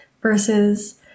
versus